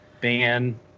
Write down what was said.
ban